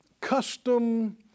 custom